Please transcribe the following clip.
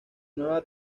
nueva